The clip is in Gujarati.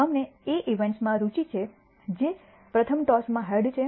અમને A ઇવેન્ટમાં રુચિ છે જે પ્રથમ ટોસમાં હેડ છે